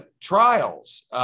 trials